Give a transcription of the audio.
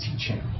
teaching